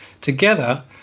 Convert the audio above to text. Together